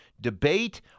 debate